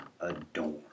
adorn